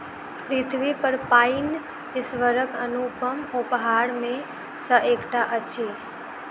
पृथ्वीपर पाइन ईश्वरक अनुपम उपहार मे सॅ एकटा अछि